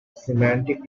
semantic